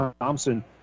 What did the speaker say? Thompson